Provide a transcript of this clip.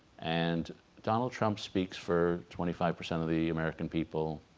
and donald trump speaks for twenty five percent of the american people